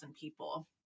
people